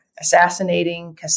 Assassinating